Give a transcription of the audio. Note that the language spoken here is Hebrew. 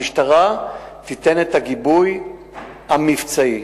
המשטרה תיתן את הגיבוי המבצעי